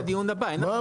לא עכשיו,